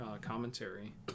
commentary